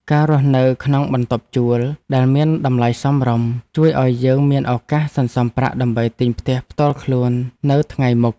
ការរស់នៅក្នុងបន្ទប់ជួលដែលមានតម្លៃសមរម្យ ជួយឱ្យយើងមានឱកាសសន្សំប្រាក់ដើម្បីទិញផ្ទះផ្ទាល់ខ្លួននៅថ្ងៃមុខ។